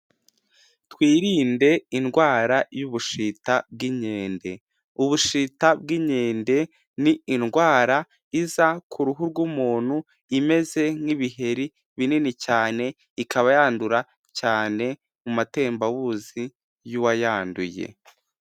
Twirinde indwara y'ubushita bw'inkende, ubushita bw'inkende, ni indwara iza ku ruhu rw'umuntu imeze nk'ibiheri binini cyane, ikaba yandura cyane mu matembabuzi y'uwayanduye.